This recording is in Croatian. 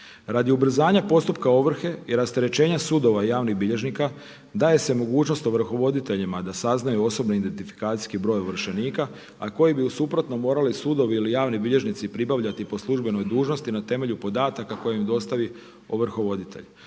Radi ubrzanja postupka ovrhe i rasterećenja sudova javnih bilježnika daje se mogućnost ovrhovoditeljima da saznaju osobni identifikacijski broj ovršenika a koji bi u suprotnom morali sudovi ili javni bilježnici pribavljati po službenoj dužnosti na temelju podataka koje im dostavi ovrhovoditelj.